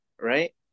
right